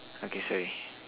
okay sorry